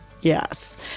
yes